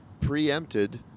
preempted